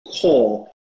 call